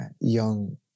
young